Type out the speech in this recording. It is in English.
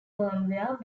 firmware